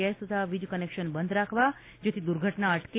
gas તથા વીજ connection બંધ રાખવા જેથી દુર્ઘટના અટકે